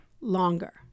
longer